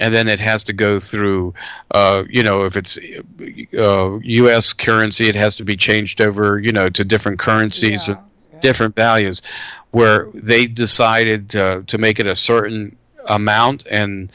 and then it has to go through you know if it's us currency it has to be changed over you know to different currencies and different values where they decided to make it a certain amount and